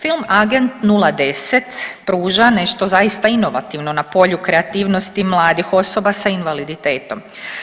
Film Agent 010 pruža nešto zaista inovativno na polju kreativnosti mladih osoba s invaliditetom.